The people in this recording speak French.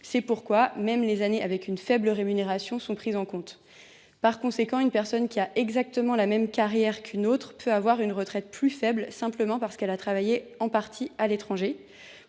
C’est pourquoi même les années avec une faible rémunération sont prises en compte. Par conséquent, une personne qui a exactement la même carrière qu’une autre peut avoir une retraite plus faible simplement parce qu’elle a travaillé en partie à l’étranger.